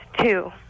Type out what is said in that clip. two